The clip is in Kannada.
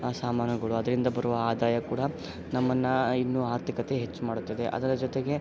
ಆ ಸಾಮಾನುಗಳು ಅದರಿಂದ ಬರುವ ಆದಾಯ ಕೂಡ ನಮ್ಮನ್ನು ಇನ್ನೂ ಆರ್ಥಿಕತೆ ಹೆಚ್ಚು ಮಾಡುತ್ತದೆ ಅದರ ಜೊತೆಗೆ